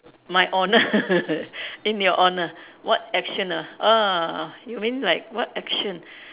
my honour in your honour what action ah ah ah you mean like what action